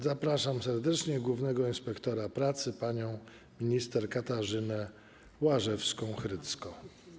Zapraszam serdecznie głównego inspektora pracy panią minister Katarzynę Łażewską-Hrycko.